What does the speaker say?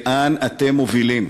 לאן אתם מובילים?